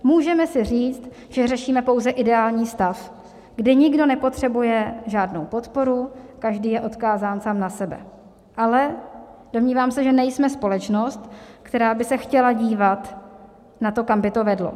Můžeme si říct, že řešíme pouze ideální stav, kde nikdo nepotřebuje žádnou podporu, každý je odkázán sám na sebe, ale domnívám se, že nejsme společnost, která by se chtěla dívat na to, kam by to vedlo.